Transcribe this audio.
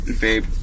babe